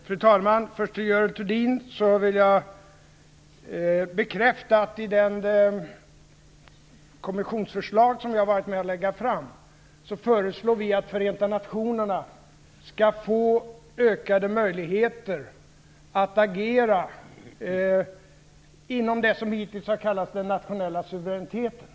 Fru talman! Jag vill först för Görel Thurdin bekräfta att i det kommissionsförslag som jag har varit med om att lägga fram föreslår vi att Förenta nationerna skall få ökade möjligheter att agera inom det som hittills har kallats den nationella suveräniteten.